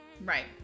right